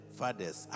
fathers